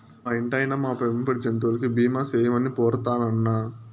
మా ఇంటాయినా, మా పెంపుడు జంతువులకి బీమా సేయమని పోరతన్నా